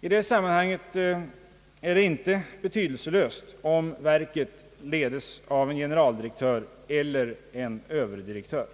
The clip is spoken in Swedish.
I det sammanhanget är det inte betydelselöst om verket ledes av en generaldirektör eller en överdirektör.